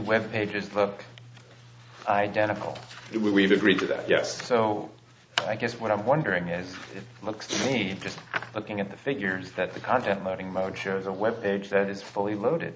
web page is the identical we've agreed to that yes so i guess what i'm wondering is it looks read just looking at the figures that the content loading mode shows a web page that is fully loaded